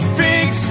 fix